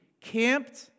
Camped